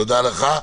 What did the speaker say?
תודה לך.